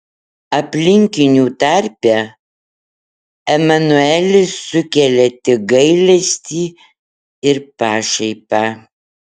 aplinkinių tarpe emanuelis sukelia tik gailestį ir pašaipą